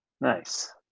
Nice